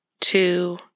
Two